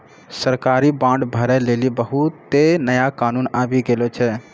सरकारी बांड भरै लेली बहुते नया कानून आबि गेलो छै